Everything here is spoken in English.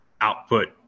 output